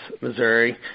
Missouri